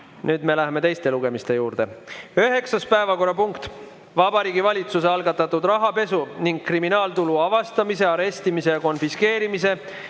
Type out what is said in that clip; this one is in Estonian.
Nüüd me läheme teiste lugemiste juurde. Üheksas päevakorrapunkt: Vabariigi Valitsuse algatatud rahapesu ning kriminaaltulu avastamise, arestimise ja konfiskeerimise